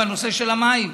בנושא של המים.